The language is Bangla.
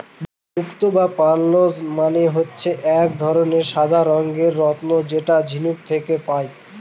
মুক্ত বা পার্লস মানে হচ্ছে এক ধরনের সাদা রঙের রত্ন যেটা ঝিনুক থেকে পায়